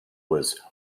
was